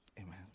Amen